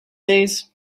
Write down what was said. days